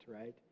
right